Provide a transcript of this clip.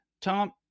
Tom